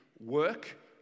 work